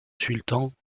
sultan